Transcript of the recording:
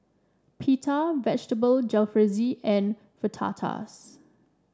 Pita Vegetable Jalfrezi and Fajitas